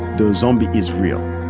the zombie is real.